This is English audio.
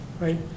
right